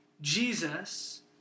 Jesus